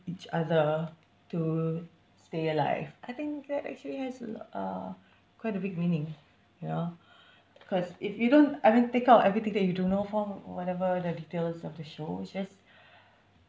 each other to stay alive I think that actually has a lot uh quite a big meaning ya cause if you don't I mean take out everything that you don't know from whatever the details of the show just